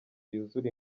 yuzure